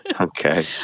Okay